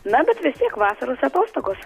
na bet vis tiek vasaros atostogos